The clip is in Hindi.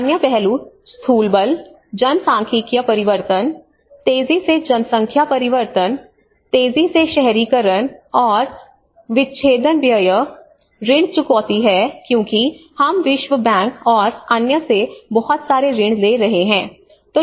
अन्य पहलू स्थूल बल जनसांख्यिकीय परिवर्तन तेजी से जनसंख्या परिवर्तन तेजी से शहरीकरण और विच्छेदन व्यय ऋण चुकौती है क्योंकि हम विश्व बैंक और अन्य से बहुत सारे ऋण ले रहे हैं